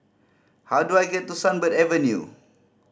how do I get to Sunbird Avenue